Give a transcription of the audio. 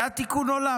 זה תיקון העולם.